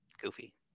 goofy